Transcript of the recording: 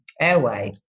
airway